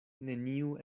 neniu